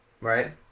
right